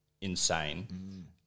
insane